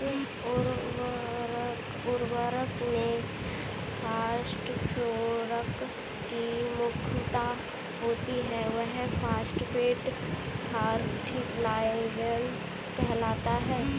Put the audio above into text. जिस उर्वरक में फॉस्फोरस की प्रमुखता होती है, वह फॉस्फेट फर्टिलाइजर कहलाता है